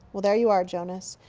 well, there you are, jonas.